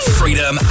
freedom